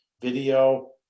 Video